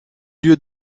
lieu